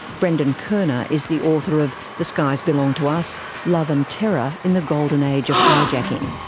brendan koerner is the author of the skies belong to us love and terror in the golden age of hijacking.